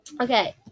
Okay